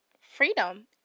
freedom